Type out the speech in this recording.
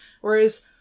whereas